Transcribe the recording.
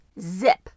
zip